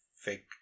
fake